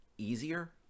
easier